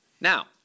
Now